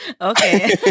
Okay